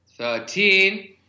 Thirteen